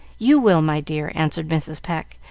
you will, my dear, answered mrs. pecq,